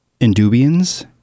Indubians